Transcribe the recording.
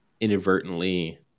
inadvertently